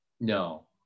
No